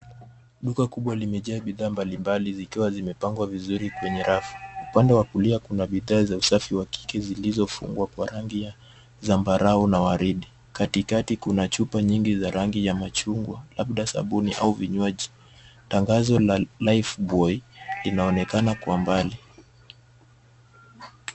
Duka kubwa limejaa bidhaa mbalimbali zikiwa zimepangwa vizuri kwenye rafu. Upande wa kulia kuna bidhaa za usafi wa kike zilizofungwa kwa rangi ya zambarau na waridi. Katikati kuna chupa nyingi za rangi ya machungwa labda sabuni au vinywaji. Tangazo la LIFEBOUY linaonekana kwa mbali.